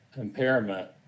impairment